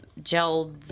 gelled